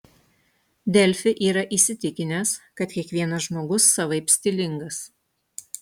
delfi yra įsitikinęs kad kiekvienas žmogus savaip stilingas